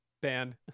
band